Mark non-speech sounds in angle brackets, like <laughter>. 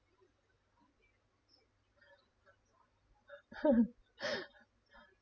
<laughs>